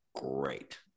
great